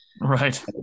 Right